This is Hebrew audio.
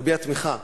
להביע תמיכה